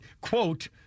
quote